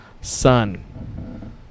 Sun